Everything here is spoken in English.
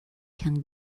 can